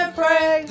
pray